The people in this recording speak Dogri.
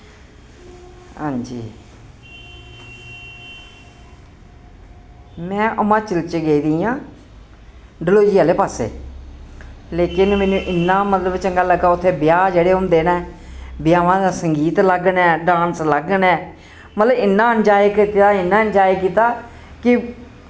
हां जी में हमाचल च गेदी आं डलहोजी आह्ले पास्से लेकिन मैनू इन्ना मतलब चंगा लग्गा उत्थै ब्याह् जेह्ड़े होंदे नै ब्याह्वां दा संगीत अलग नै डांस अलग नै मतलब इन्ना एन्जाय कीता इन्ना एन्जाय कीता कि